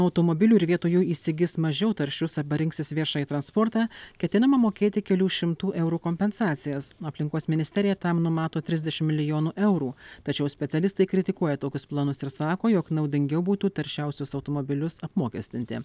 automobilių ir vietoj jų įsigis mažiau taršius arba rinksis viešąjį transportą ketinama mokėti kelių šimtų eurų kompensacijas aplinkos ministerija tam numato trisdešimt milijonų eurų tačiau specialistai kritikuoja tokius planus ir sako jog naudingiau būtų taršiausius automobilius apmokestinti